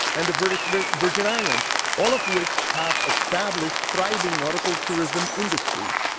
and the british virgin islands. all of which have established thriving nautical tourism industries.